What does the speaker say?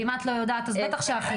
אם את לא יודעת אז בטח שאחרים לא יודעים.